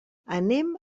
anem